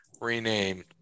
renamed